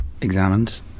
examined